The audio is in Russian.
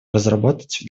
разработать